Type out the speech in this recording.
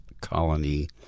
colony